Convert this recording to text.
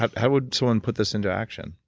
how how would someone put this into action?